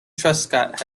truscott